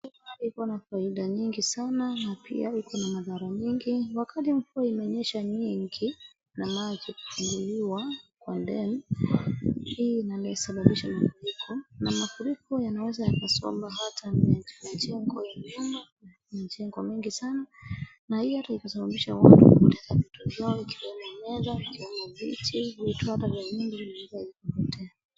Mvua iko na faida nyingi sana, na pia iko na madhara nyingi. Wakati mvua imenyesha nyingi, na maji kufunguliwa kwa dam , hii inaeza sababisha mafuriko. Na mafuriko yanaweza yakasomba hata majengo ya nyumba, mijengo mingi sana. Na hii hata ikasababisha watu kupoteza vitu zao ikiwemo meza, ikiwemo viti. Vitu hata vya nyumba vinaweza kupotea.